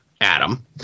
Adam